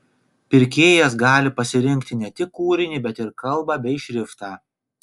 pirkėjas gali pasirinkti ne tik kūrinį bet ir kalbą bei šriftą